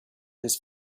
his